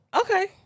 Okay